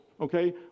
okay